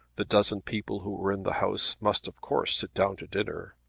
the dozen people who were in the house must of course sit down to dinner.